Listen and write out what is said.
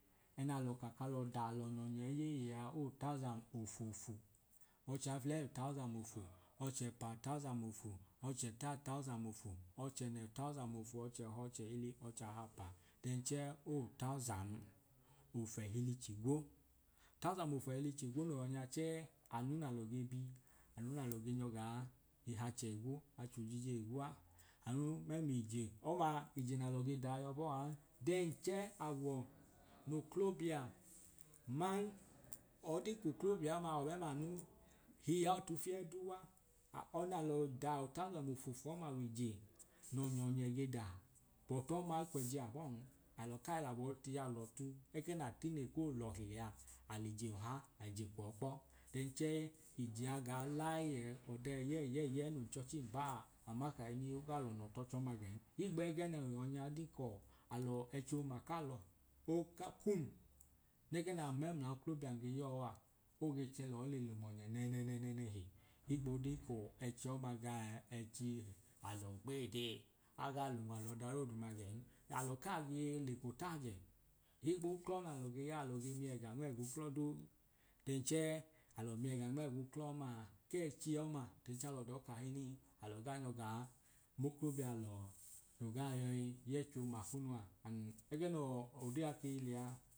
Ẹna lọ ka kalọ da lọnyọọ nyẹ ẹyẹẹyẹ a owu tasan ofu ofu ọcha fulei u tasan ofu, ọchọpa ọchẹpa u tasan ofu ọchẹta u tasan ofu ọchẹnẹ u tasan ofu ọchẹhọ, ọchẹhili, ọchahapa then chẹẹ owu tasan ofu ẹhili ch’igwo. Tasan ofu ẹhili ch’igwo no yọ nya chẹẹ anu nalọ ge bi anu nalọ nyọ gaa le h’ache igwu, acho jije igwu anu mẹml’ije ọmaa nalọ ge daa yọ bọọ a an then chẹẹ awọ n’ooklobia man ọdin k’oklobia ọma awọ mẹmlanu hiaa ọtu fieduu a ọna lọ da u tasan ofu ofu ọma w’ije nọọ nyọọ nyẹ ge da but ọma akwẹji abọn. Alọ kai labọ tii yalọ ọtu ẹgẹ na tine koo lọhi lẹyea alije ọha aije kwọọ kpọ then chẹẹ ije a gaa lai ẹẹ ọda ẹyẹyẹi nun chọchi mbaa ama kahinin oga lọnọ t’ọchọma gẹn. higb’ẹẹgẹnẹ no yọ nya ọdin k’alọ ẹchioma kalọ ooka kum nẹgẹ nam mẹmla oklobiam ge yọọ a oge chẹ lọọ le lum ọnye nẹnẹnẹnẹhi higbọdin ku ẹchi ọma ga ẹẹ ẹchi alọ gbeede agaa l’unwal’ọdadooduma gẹn alọọ kaa gee leko taajẹ higbu uklọ nalọ ge yaa alọ ge miẹ ga nm’ẹguklo duu then chẹẹ alọ miẹga nm’ẹguklọ ọmaa k’ẹẹchi ọma then chẹẹ alọ dọọ kahinin alọ gaa nyọ gaa mo klobialọ no gaa yọi y’ẹẹchoo ma kunu a ẹgẹ noo odee a keyi lẹya